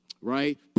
right